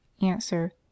Answer